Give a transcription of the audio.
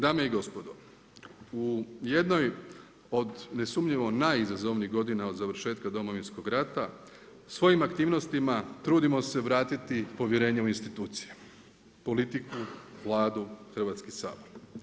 Dame i gospodo u jednoj od nesumnjivo najizazovnijih godina od završetka Domovinskog rata, svojim aktivnostima trudimo se vratiti povjerenje u institucije, politiku, Vladu, Hrvatski sabor.